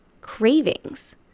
cravings